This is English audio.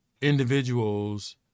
individuals